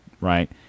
right